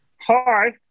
hi